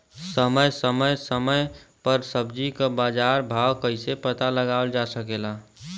समय समय समय पर सब्जी क बाजार भाव कइसे पता लगावल जा सकेला?